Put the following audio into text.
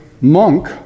monk